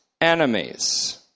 enemies